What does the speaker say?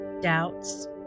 doubts